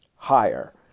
higher